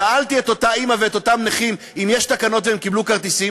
שאלתי את אותה אימא ואת אותם נכים אם יש תקנות והם קיבלו כרטיסים,